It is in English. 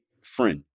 friend